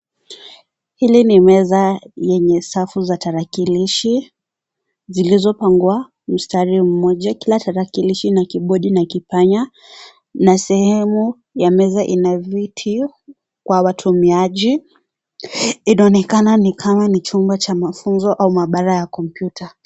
Hili ni meza yenye safu za tarakilishi zilizopangwa mstari mmoja, kila tarakilishi ina kibodi na kipanya na sehemu ya meza ina viti kwa watumiaji inaonekana kama ni chumba cha mafunzo au maabara ya komputa.